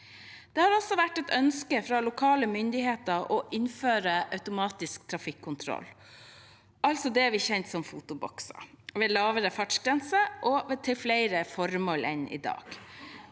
Det har også vært et ønske fra lokale myndigheter å innføre automatisk trafikkontroll, altså det vi kjenner som fotobokser, ved lavere fartsgrense og til flere formål enn i dag.